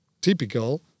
typical